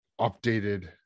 updated